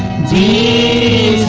da